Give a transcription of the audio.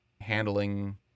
handling